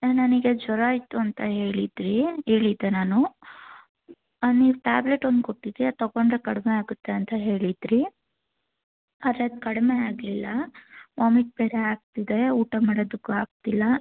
ನನಗೆ ಜ್ವರ ಇತ್ತು ಅಂತ ಹೇಳಿದ್ರಿ ಹೇಳಿದ್ದೆ ನಾನು ನೀವು ಟ್ಯಾಬ್ಲೆಟ್ ಒಂದು ಕೊಟ್ಟಿದ್ರೀ ಅದು ತಗೊಂಡರೆ ಕಡಿಮೆ ಆಗುತ್ತೆ ಅಂತ ಹೇಳಿದ್ರಿ ಆದರೆ ಕಡಿಮೆ ಆಗಿಲ್ಲ ವಾಮಿಟ್ ಬೇರೆ ಆಗ್ತಿದೆ ಊಟಮಾಡೋದಕ್ಕೂ ಆಗ್ತಿಲ್ಲ